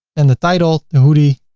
and the title hoodie,